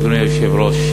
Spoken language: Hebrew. אדוני היושב-ראש,